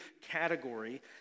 category